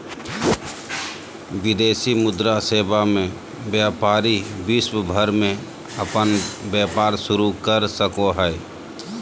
विदेशी मुद्रा सेवा मे व्यपारी विश्व भर मे अपन व्यपार शुरू कर सको हय